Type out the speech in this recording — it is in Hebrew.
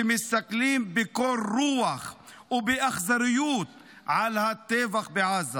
שמסתכלים בקור רוח ובאכזריות על הטבח בעזה.